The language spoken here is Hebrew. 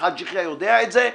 חבר הכנסת חאג' יחיא יודע את זה.